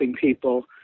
people